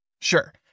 Sure